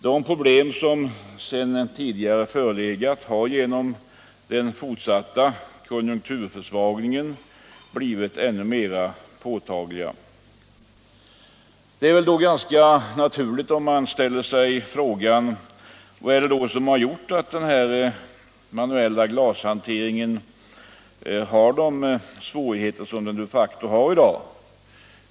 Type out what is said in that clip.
De problem som sedan tidigare förelegat har genom den fortsatta konjunkturförsvagningen blivt än mer påtagliga. Det är ganska naturligt om man ställer sig frågan: Vad är det då som gjort att den manuella glashanteringen har de svårigheter som den de facto har i dag?